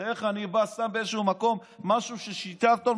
תאר לך שאני בא ושם באיזשהו מקום משהו של 6 טון,